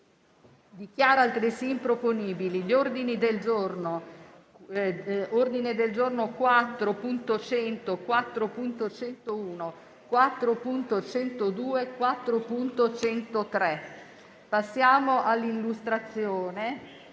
dichiara altresì improponibili gli ordini del giorno G4.100, G4.101, G4.102, G4.103. Passiamo all'esame